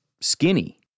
skinny